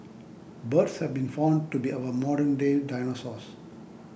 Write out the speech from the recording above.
birds have been found to be our modern day dinosaurs